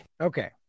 Okay